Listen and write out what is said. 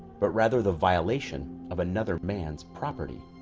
but rather the violation of another man's property